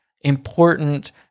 important